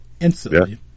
Instantly